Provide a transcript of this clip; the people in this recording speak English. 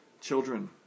children